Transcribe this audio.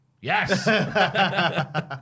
Yes